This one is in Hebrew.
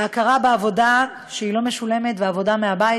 ההכרה בעבודה שהיא לא משולמת ועבודה מהבית,